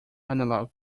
analogue